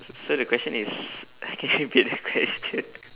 s~ so the question is uh can you repeat the question